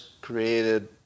created